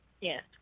Yes